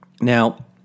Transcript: Now